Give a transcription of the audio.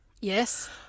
yes